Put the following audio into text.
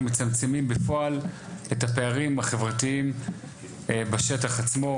מצמצמים בפועל את הפערים החברתיים בשטח עצמו,